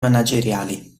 manageriali